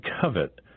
covet